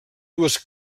dues